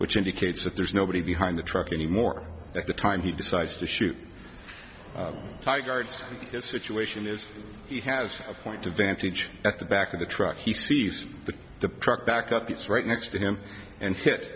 which indicates that there's nobody behind the truck anymore at the time he decides to shoot tygart situation is he has a point of vantage at the back of the truck he sees the truck back up it's right next to him and